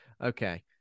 Okay